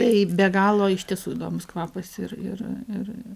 tai be galo iš tiesų įdomus kvapas ir ir ir